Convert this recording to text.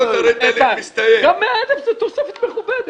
איתן, גם 100,000 זו תוספת מכובדת.